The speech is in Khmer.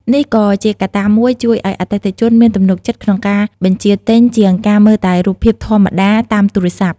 នេះក៏ជាកត្តាមួយជួយឲ្យអតិថិជនមានទំនុកចិត្តក្នុងការបញ្ជាទិញជាងការមើលតែរូបភាពធម្មតាតាមទូរស័ព្ទ។